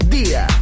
dia